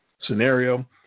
scenario